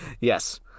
Yes